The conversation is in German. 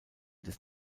des